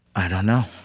i don't know.